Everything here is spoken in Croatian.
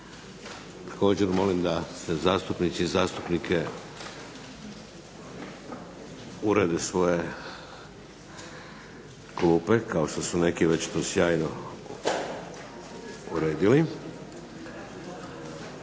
Također molim da se zastupnice i zastupnici urede svoje klupe kao što su neki već to sjajno uredili.